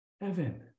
heaven